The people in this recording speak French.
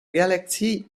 galaxie